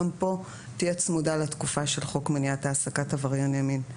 גם כאן תהיה צמודה לתקופה של חוק מניעת העסקת עברייני מין.